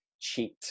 cheat